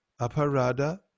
Aparada